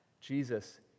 Jesus